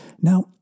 Now